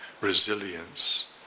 resilience